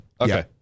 Okay